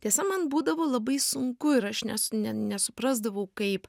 tiesa man būdavo labai sunku ir aš nes ne nesuprasdavau kaip